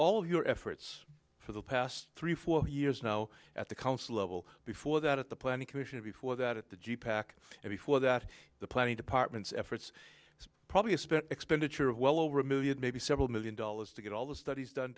all your efforts for the past three or four years now at the council level before that at the planning commission before that at the g pac and before that the planning department's efforts it's probably a spent expenditure of well over a million maybe several million dollars to get all the studies done